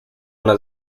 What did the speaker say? una